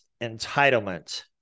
entitlement